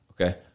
Okay